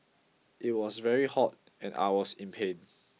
it was very hot and I was in pain